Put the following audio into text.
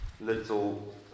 little